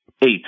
eight